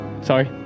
Sorry